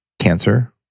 cancer